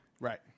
Right